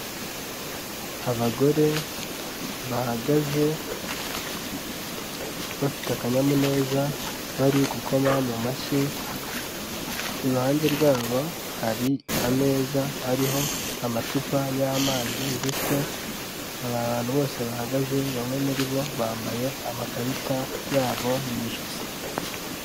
Abagore bahagaze bafite akanyamuneza bari gukoma mu mashyi, iruhande rwabo hari ameza ariho amacupa y'amazi ndetse aba bantu bose bahagaze bamwe muri bo bambaye amakarita yabo mu ijosi.